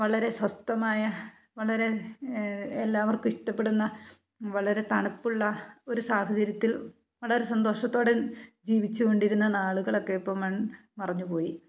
വളരെ സ്വസ്തമായ വളരെ എല്ലാവർക്കും ഇഷ്ടപ്പെടുന്ന വളരെ തണുപ്പുള്ള ഒരു സാഹചര്യത്തിൽ വളരെ സന്തോഷത്തോടെ ജീവിച്ചുകൊണ്ടിരുന്ന നാളുകളൊക്കെ ഇപ്പം മൺമറഞ്ഞു പോയി